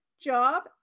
job